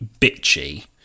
bitchy